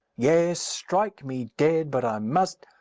yes, strike me dead, but i must!